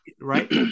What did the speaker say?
Right